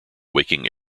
waking